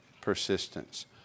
persistence